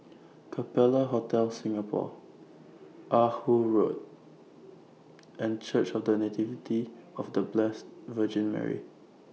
Capella Hotel Singapore Ah Hood Road and Church of The Nativity of The Blessed Virgin Mary